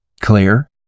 clear